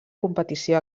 competició